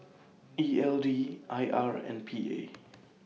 E L D I R and P A